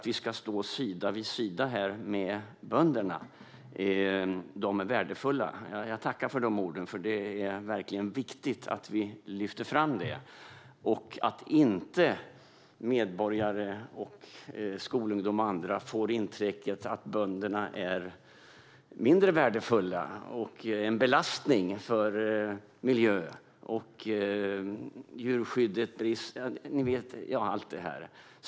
Vi ska stå sida vid sida med bönderna eftersom de är värdefulla. Jag tackar för de orden. Det är verkligen viktigt att vi lyfter fram detta så att medborgare, skolungdom och andra inte får intrycket att bönder är mindre värdefulla och en belastning för miljö och djurskydd.